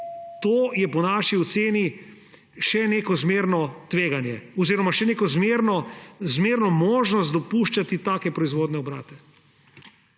To je po naši oceni še neko zmerno tveganje oziroma še neka zmerna možnost dopuščati take proizvodne obrate.